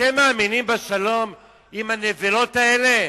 אתם מאמינים בשלום עם הנבלות האלה?